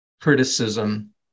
criticism